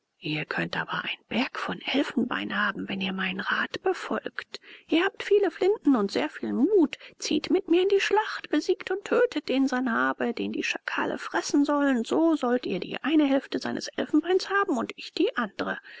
ihr könnt aber einen berg von elfenbein haben wenn ihr meinen rat befolgt ihr habt viele flinten und sehr viel mut zieht mit mir in die schlacht besiegt und tötet den sanhabe den die schakale fressen sollen so sollt ihr die eine hälfte seines elfenbeins haben und ich die andre